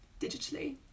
digitally